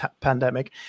pandemic